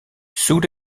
sous